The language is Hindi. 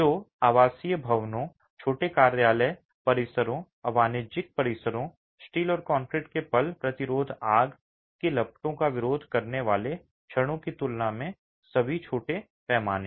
तो आवासीय भवनों छोटे कार्यालय परिसरों और वाणिज्यिक परिसरों स्टील और कंक्रीट के पल प्रतिरोधी आग की लपटों का विरोध करने वाले क्षणों की तुलना में सभी छोटे पैमाने